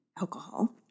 alcohol